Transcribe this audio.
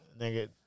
Nigga